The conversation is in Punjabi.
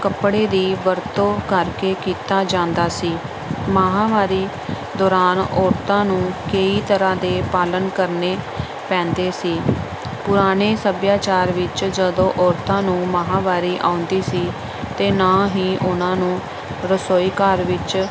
ਕੱਪੜੇ ਦੀ ਵਰਤੋਂ ਕਰਕੇ ਕੀਤਾ ਜਾਂਦਾ ਸੀ ਮਹਾਵਾਰੀ ਦੌਰਾਨ ਔਰਤਾਂ ਨੂੰ ਕਈ ਤਰ੍ਹਾਂ ਦੇ ਪਾਲਣ ਕਰਨੇ ਪੈਂਦੇ ਸੀ ਪੁਰਾਣੇ ਸੱਭਿਆਚਾਰ ਵਿੱਚ ਜਦੋਂ ਔਰਤਾਂ ਨੂੰ ਮਹਾਵਾਰੀ ਆਉਂਦੀ ਸੀ ਅਤੇ ਨਾ ਹੀ ਉਹਨਾਂ ਨੂੰ ਰਸੋਈ ਘਰ ਵਿੱਚ